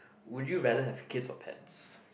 would you rather have kids or pets